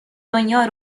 دنیا